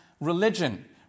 religion